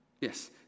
Yes